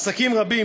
עסקים רבים,